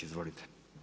Izvolite.